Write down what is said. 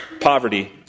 poverty